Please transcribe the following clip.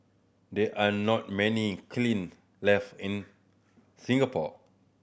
there are not many kiln left in Singapore